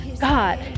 God